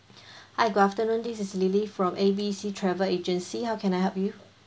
hi good afternoon this is lily from A B C travel agency how can I help you